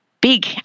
big